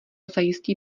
zajistí